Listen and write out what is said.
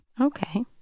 Okay